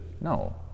no